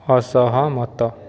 ଅସହମତ